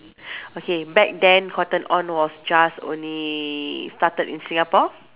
okay back then cotton on was just only started in Singapore